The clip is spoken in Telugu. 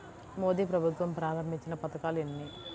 మోదీ ప్రభుత్వం ప్రారంభించిన పథకాలు ఎన్ని?